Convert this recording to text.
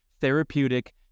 therapeutic